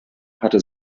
hatte